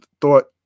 thought